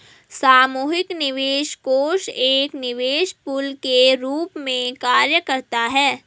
सामूहिक निवेश कोष एक निवेश पूल के रूप में कार्य करता है